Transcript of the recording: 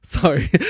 Sorry